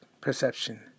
perception